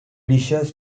dishes